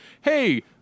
hey